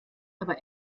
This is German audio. aber